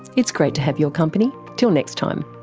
it's great to have your company, till next time